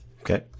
Okay